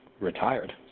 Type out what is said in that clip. retired